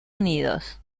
unidos